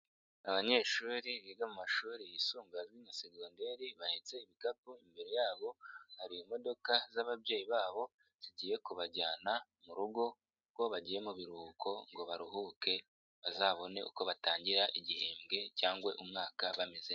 Abanyeshuri biga mu mashuri yisumbuye azwi nka segonderi bahetse ibikapu, imbere yabo hari imodoka z'ababyeyi babo zigiye kubajyana mu rugo ngo bagiye mu biruhuko ngo baruhuke bazabone uko batangira igihembwe cyangwa umwaka bameze.